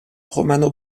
romano